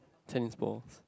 tennis balls